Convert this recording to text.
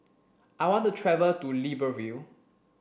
I want to travel to Libreville